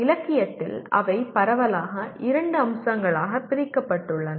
இலக்கியத்தில் அவை பரவலாக இரண்டு அம்சங்களாகப் பிரிக்கப்பட்டுள்ளன